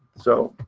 so,